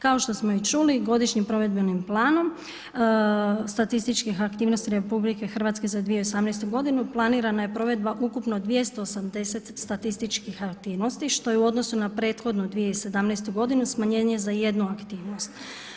Kao što smo i čuli, godišnjim provedbenim planom statističkih aktivnosti RH ZA 2018. planirana je provedba ukupno 280 statističkih aktivnosti, što je u odnosu na prethodnu 2017. godinu smanjenje za jednu aktivnost.